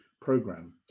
program